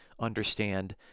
understand